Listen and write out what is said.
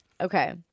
Okay